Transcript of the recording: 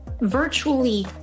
virtually